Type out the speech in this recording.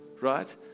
right